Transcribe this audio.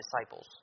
disciples